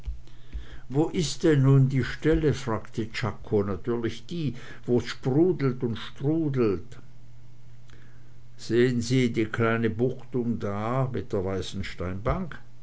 wo ist nun die stelle fragte czako natürlich die wo's sprudelt und strudelt sehen sie die kleine buchtung da mit der weißen